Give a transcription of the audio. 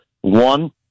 One